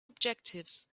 objectives